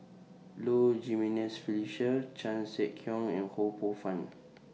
Low Jimenez Felicia Chan Sek Keong and Ho Poh Fun